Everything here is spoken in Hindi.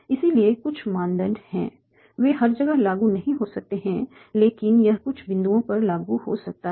इसलिए कुछ मानदंड हैं वे हर जगह लागू नहीं हो सकते हैं लेकिन यह कुछ बिंदुओं पर लागू हो सकता है